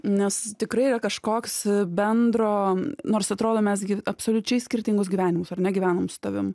nes tikrai yra kažkoks bendro nors atrodo mes gi absoliučiai skirtingus gyvenimus ar ne gyvenam su tavim